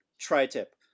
tri-tip